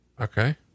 Okay